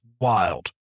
wild